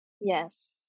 Yes